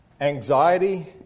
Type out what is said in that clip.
anxiety